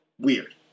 Weird